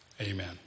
Amen